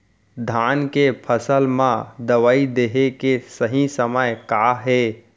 धान के फसल मा दवई देहे के सही समय का हे?